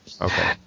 Okay